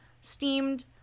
steamed